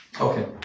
Okay